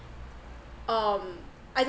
um I